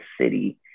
city